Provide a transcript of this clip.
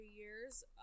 years